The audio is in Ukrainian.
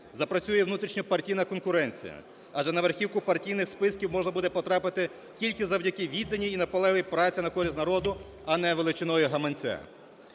Запрацює внутрішньопартійна конкуренція, адже на верхівку партійних списків можна буде потрапити тільки завдяки відданій і наполегливій праці на користь народу, а не величиною гаманця.